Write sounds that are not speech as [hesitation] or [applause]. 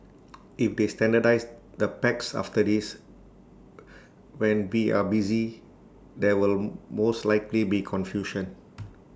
if they standardise the packs after this [hesitation] when we are busy there will most likely be confusion